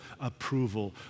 approval